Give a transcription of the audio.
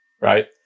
right